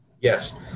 yes